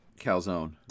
Calzone